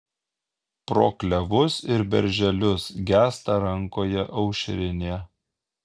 pro klevus ir berželius gęsta rankoje aušrinė